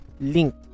link